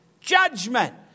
judgment